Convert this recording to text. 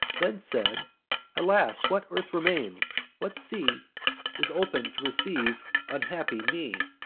then said alas! what earth remains, what sea is open to receive unhappy me?